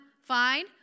fine